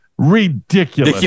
ridiculous